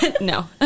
No